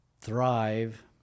thrive